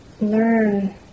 learn